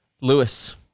Lewis